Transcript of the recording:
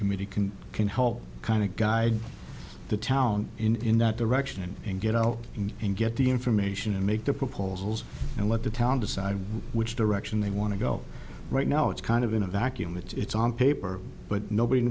committee can can help kind of guide the town in that direction and get out and get the information and make the proposals and let the town decide which direction they want to go right now it's kind of in a vacuum it's on paper but nobody